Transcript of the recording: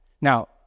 Now